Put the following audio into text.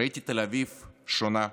ראיתי תל אביב שונה,